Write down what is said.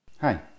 Hi